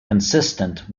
consistent